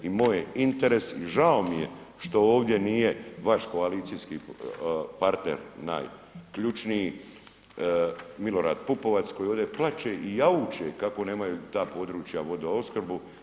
I moj je interes i žao mi je što ovdje nije vaš koalicijski partner najključniji Milorad Pupovac koji ovdje plače i jauče kako nemaju ta područja vodoopskrbu.